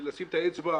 ולשים את האצבע,